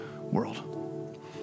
world